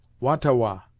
wah-ta-wah,